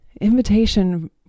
invitation